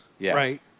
right